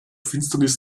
finsternis